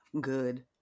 good